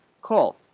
Call